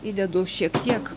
įdedu šiek tiek